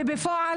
ובפעול,